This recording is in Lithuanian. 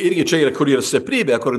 irgi čia yra kur yra stiprybė kur